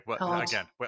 again